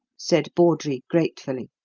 said bawdrey gratefully.